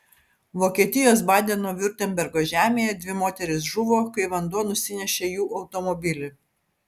vokietijos badeno viurtembergo žemėje dvi moterys žuvo kai vanduo nusinešė jų automobilį